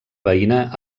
veïna